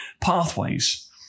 pathways